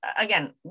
again